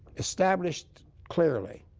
established clearly.